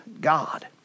God